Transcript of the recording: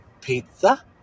Pizza